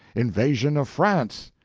invasion of france!